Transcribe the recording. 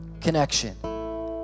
connection